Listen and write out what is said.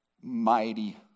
mighty